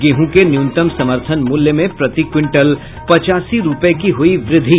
गेहूं के न्यूनतम समर्थन मूल्य में प्रति क्विंटल पचासी रूपये की हुई वृद्धि